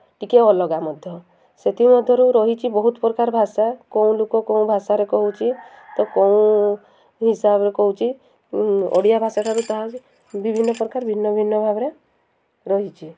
ଟିକେ ଅଲଗା ମଧ୍ୟ ସେଥିମଧ୍ୟରୁ ରହିଛି ବହୁତ ପ୍ରକାର ଭାଷା କେଉଁ ଲୋକ କେଉଁ ଭାଷାରେ କହୁଛି ତ କେଉଁ ହିସାବରେ କହୁଛି ଓଡ଼ିଆ ଭାଷାଠାରୁ ତାହା ବିଭିନ୍ନ ପ୍ରକାର ଭିନ୍ନ ଭିନ୍ନ ଭାବରେ ରହିଛି